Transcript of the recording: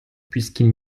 puisqu’il